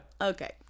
Okay